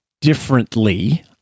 differently